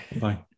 Bye